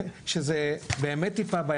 שזו בעיה.